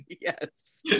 Yes